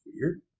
weird